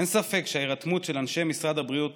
אין ספק שההירתמות של אנשי משרד הבריאות